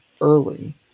early